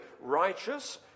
righteous